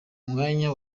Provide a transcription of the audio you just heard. mwanya